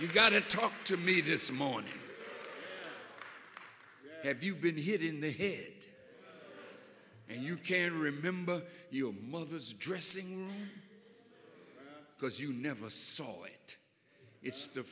you got to talk to me this morning have you been hit in the head and you can remember your mother's dressing room because you never saw it it's the